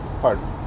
Pardon